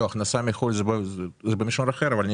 הכנסה מחוץ לארץ זה במישור אחר אבל אני